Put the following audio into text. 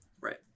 Right